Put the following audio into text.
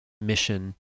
mission